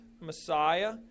Messiah